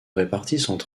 répartissent